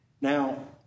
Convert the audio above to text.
Now